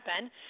Ben